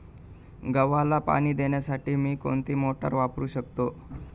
गव्हाला पाणी देण्यासाठी मी कोणती मोटार वापरू शकतो?